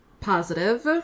Positive